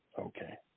Okay